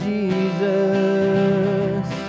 Jesus